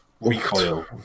Recoil